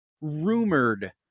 rumored